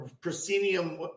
proscenium